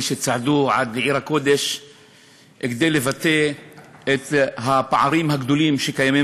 שצעדו עד לעיר הקודש כדי לבטא את הפערים הגדולים שקיימים